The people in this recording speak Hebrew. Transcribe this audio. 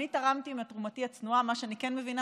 אני תרמתי את תרומתי הצנועה במה שאני כן מבינה,